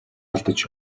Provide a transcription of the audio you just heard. алдаж